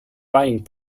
buying